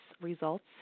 results